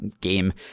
game